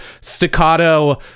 staccato